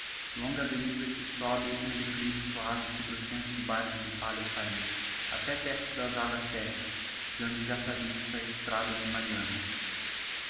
longa avenida que sobe em declive fiuave desde o centro do bairro do padre faria até perto das aguas feiteas de onde já se avista a estrada de marianna